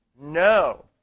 No